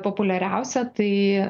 populiariausią tai